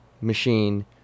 machine